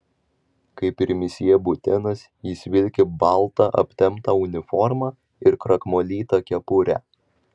kaip ir misjė butenas jis vilki baltą aptemptą uniformą ir krakmolytą kepurę